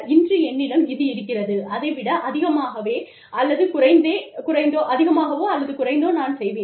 இன்று என்னிடம் இது இருக்கிறது அதை விட அதிகமாகவே அல்லது குறைத்தோ நான் செய்வேன்